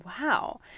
Wow